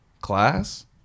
class